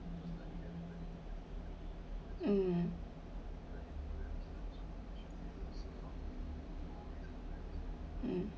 um um